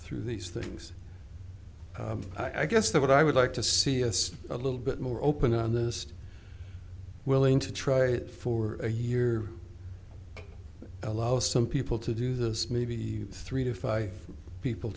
through these things i guess that what i would like to see is a little bit more open honest willing to try it for a year allow some people to do this maybe three to five people